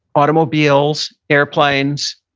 automobiles, airplanes,